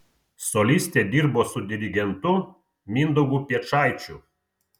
solistė dirbo su dirigentu mindaugu piečaičiu